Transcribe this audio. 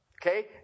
Okay